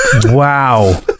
wow